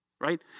Right